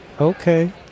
Okay